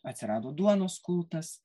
atsirado duonos kultas